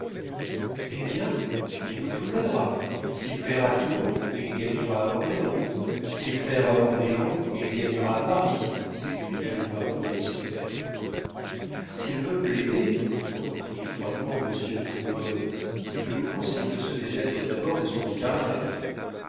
eh bien birotteau plaidera s'il perd à tours il gagnera à orléans s'il perd à orléans il gagnera à paris s'écria le baron de listomère s'il veut plaider reprit froidement monsieur de bourbonne je lui conseille de se démettre d'abord de son